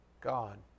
God